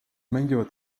mängivad